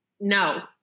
no